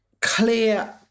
clear